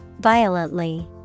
Violently